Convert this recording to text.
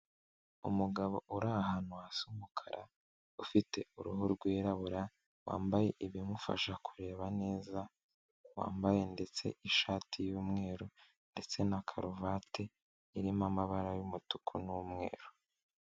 Umugabo uri ahantu hasi umukara, ufite uruhu rwirabura, wambaye ibimufasha kureba neza, wambaye ndetse ishati y'mweru, ndetse na karuvati irimo amabara y'umutuku n'umweru.